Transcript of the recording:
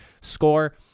score